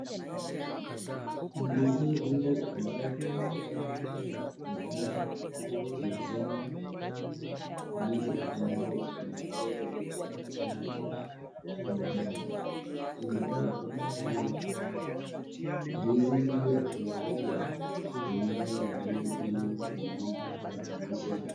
Ndizi hili ambayo tunaweza kuiona imeweza kuzaa ndizi ambayo inaweza kutakikana kwa binadamu, unaweza kuona pia ndizi ile haijaweza kuiva vizuri hili kwa lishe bora.